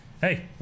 hey